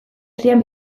herrian